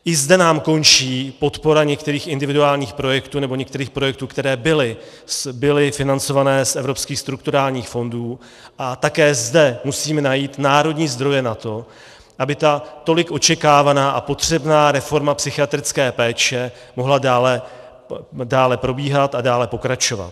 I zde nám končí podpora některých individuálních projektů, nebo některých projektů, které byly financované z evropských strukturálních fondů, a také zde musíme najít národní zdroje na to, aby tolik očekávaná a potřebná reforma psychiatrické péče mohla dále probíhat a dále pokračovat.